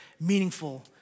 meaningful